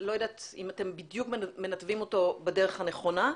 לא יודעת אם אתם בדיוק מנתבים אותו בדרך הנכונה,